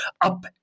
up